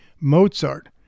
Mozart